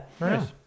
Nice